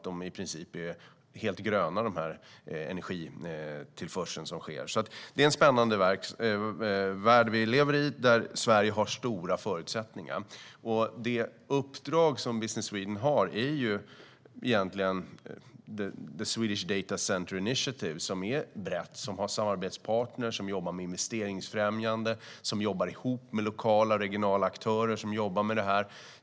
I princip är den energitillförsel som sker helt grön. Det är en spännande värld vi lever i, där Sverige har stora förutsättningar. Det uppdrag som Business Sweden har är egentligen The Swedish Datacenter Initiative, som är brett. Man har samarbetspartner och jobbar med investeringsfrämjande. Man jobbar ihop med lokala och regionala aktörer som sysslar med detta.